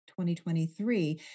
2023